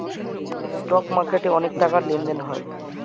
stock মার্কেটে অনেক টাকার লেনদেন হয়